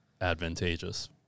advantageous